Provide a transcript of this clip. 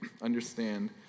understand